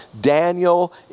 Daniel